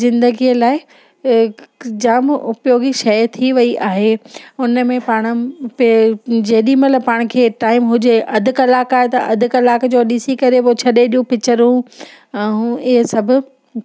ज़िंदगीअ लाइ जाम उपयोगी शइ थी वेई आहे हुन में पाणि पे जेॾी महिल पाण खे टाईम हुजे अधु कलाक आहे त अधु कलाक जो ॾिसी करे पोइ छॾे ॾियूं पिचरूं ऐं इहे सभु